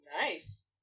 Nice